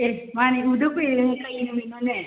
ꯑꯦꯍ ꯃꯥꯅꯤ ꯎꯗꯕ ꯀꯨꯏꯔꯦꯅꯦ ꯀꯔꯤ ꯅꯨꯃꯤꯠꯅꯣꯅꯦ